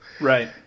Right